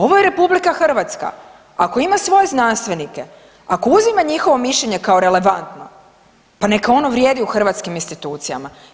Ovo je RH, ako ima svoje znanstvenike, ako uzima njihovo mišljenje kao relevantno, pa neka ono vrijedi u hrvatskim institucijama.